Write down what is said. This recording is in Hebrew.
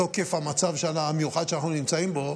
בתוקף המצב המיוחד שאנחנו נמצאים בו,